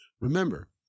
Remember